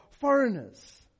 foreigners